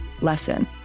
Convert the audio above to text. lesson